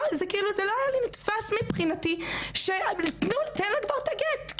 זה לא היה נתפס מבחינתי כאילו, תן לה כבר את הגט.